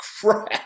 crap